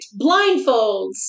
Blindfolds